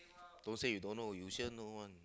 don't say you don't know you sure know one